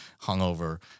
hungover